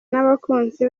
n’abakunzi